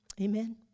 Amen